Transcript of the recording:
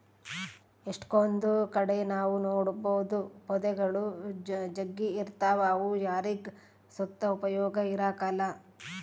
ಎಷ್ಟಕೊಂದ್ ಕಡೆ ನಾವ್ ನೋಡ್ಬೋದು ಪೊದೆಗುಳು ಜಗ್ಗಿ ಇರ್ತಾವ ಅವು ಯಾರಿಗ್ ಸುತ ಉಪಯೋಗ ಇರಕಲ್ಲ